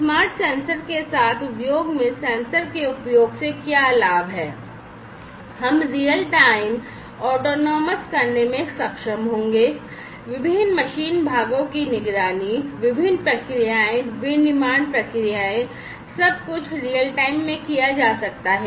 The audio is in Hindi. स्मार्ट सेंसर के साथ उद्योग में सेंसर के उपयोग के क्या लाभ हैं हम रियल टाइम में किया जा सकता है